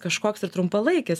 kažkoks ir trumpalaikis